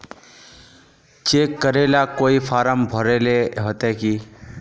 Cheque करेला कोई form भरेले होते की?